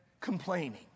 complaining